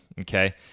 Okay